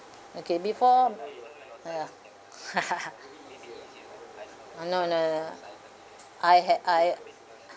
okay before ah oh no no no I had I I had